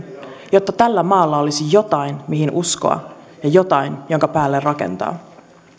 jotta tällä maalla olisi jotain mihin uskoa ja jotain minkä päälle rakentaa